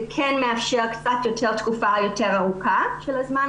זה כן מאפשר תקופה קצת יותר ארוכה של הזמן,